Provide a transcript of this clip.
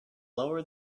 lower